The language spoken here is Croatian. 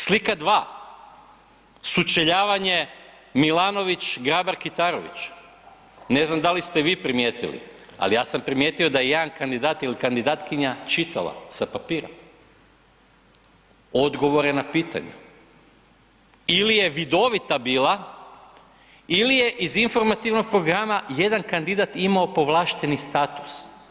Slika 2, sučeljavanje Milanović-Grabar Kitarović, ne znam da li ste vi primijetili, ali ja sam primijetio da jedan kandidat ili kandidatkinja čitala sa papira odgovore na pitanja ili je vidovita bila ili je iz informativnog programa jedan kandidat imao povlašteni status.